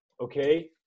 Okay